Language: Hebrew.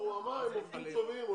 לא, הוא אמר, הם עובדים טובים.